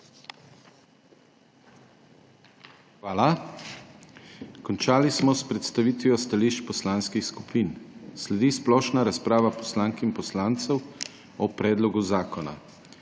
vam. Končali smo s predstavitvijo stališč poslanskih skupin. Sledi splošna razprava poslank in poslancev o predlogu odloka.